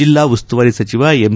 ಜಿಲ್ಲಾ ಉಸ್ತುವಾರಿ ಸಚಿವ ಎಮ್